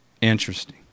Interesting